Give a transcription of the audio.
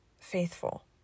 faithful